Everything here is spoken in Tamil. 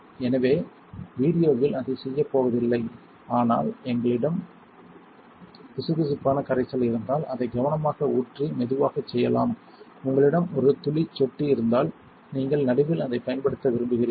எனவே நான் வீடியோவில் அதைச் செய்யப் போவதில்லை ஆனால் உங்களிடம் பிசுபிசுப்பான கரைசல் இருந்தால் அதை கவனமாக ஊற்றி மெதுவாகச் செய்யலாம் உங்களிடம் ஒரு துளிசொட்டி இருந்தால் நீங்கள் நடுவில் அதைப் பயன்படுத்த விரும்புகிறீர்கள்